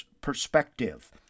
perspective